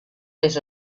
les